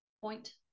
point